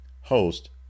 Host